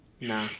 Nah